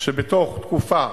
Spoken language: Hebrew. שבתוך תקופה